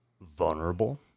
vulnerable